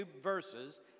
verses